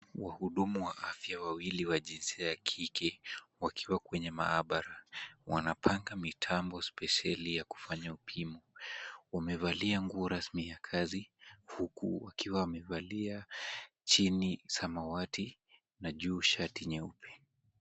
Wahudumu wa afya wawili wa jinsia ya kike wakiwa kwenye maabara. Wanapanga mitambo spesheli ya kufanya upimo. Wamevalia nguo rasmi ya kazi huku wakiwa wamevalia chini samawati na juu shati nyeupe.